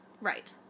Right